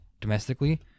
domestically